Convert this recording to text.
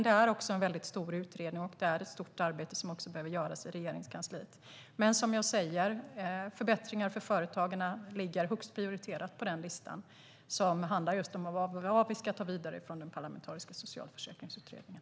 Det är dock en väldigt stor utredning, och det är ett stort arbete som behöver göras i Regeringskansliet. Men som sagt är förbättringar för företagen högst prioriterade på listan över det vi ska ta vidare från den parlamentariska socialförsäkringsutredningen.